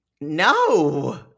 no